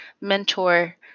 mentor